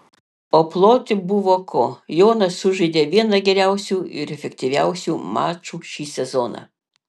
o ploti buvo ko jonas sužaidė vieną geriausių ir efektyviausių mačų šį sezoną